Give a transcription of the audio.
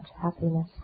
happiness